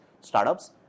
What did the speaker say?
startups